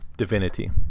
divinity